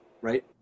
right